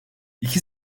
i̇ki